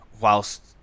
Whilst